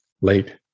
late